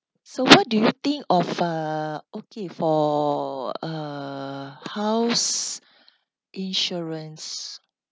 so what do you think of uh okay for uh house insurance